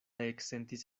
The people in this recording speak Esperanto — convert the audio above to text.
eksentis